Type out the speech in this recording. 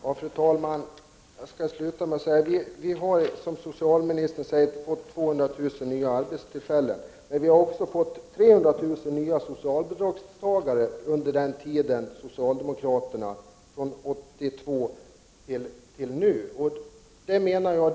Fru talman! Jag skall avslutningsvis säga att det stämmer att vi har fått 200 000 nya arbetstillfällen, men vi har också fått 300 000 nya socialbidragstagare under den tid som socialdemokraterna har suttit i regeringen, från 1982 och fram till nu.